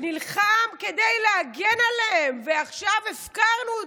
נלחם כדי להגן עליהם, ועכשיו הפקרנו אותם.